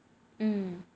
hmm